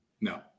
No